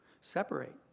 Separate